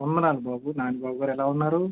వందనాలు బాబు నాని బాబుగారు ఎలా ఉన్నారు